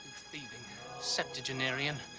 thieving septuagenarian.